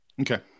okay